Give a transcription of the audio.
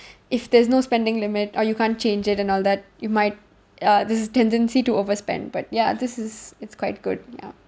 if there's no spending limit or you can't change it and all that you might uh there's a tendency to overspend but ya this is it's quite good ya